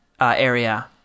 area